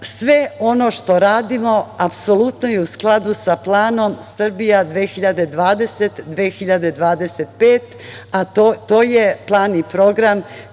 ono što radimo apsolutno je u skladu sa planom "Srbija 2025", a to je plan i program